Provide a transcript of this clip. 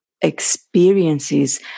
experiences